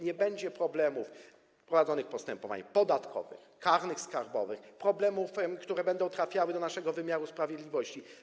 Nie będzie problemów dotyczących prowadzonych postępowań podatkowych, karnoskarbowych, problemów, które będą trafiały do naszego wymiaru sprawiedliwości.